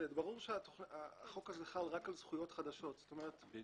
ברור שהחוק הזה חל רק על זכויות חדשות, על